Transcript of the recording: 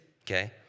okay